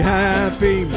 happy